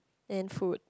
and food